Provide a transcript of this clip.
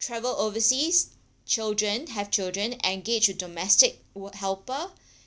travel overseas children have children engage a domestic wo~ helper